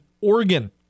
Oregon